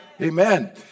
Amen